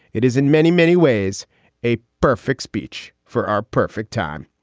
it is in many, many ways a perfect speech for our perfect time.